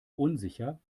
unsicher